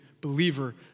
believer